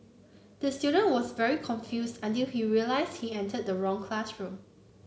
the student was very confused until he realised he entered the wrong classroom